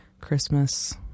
Christmas